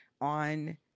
on